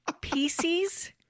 Pieces